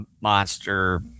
monster